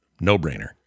no-brainer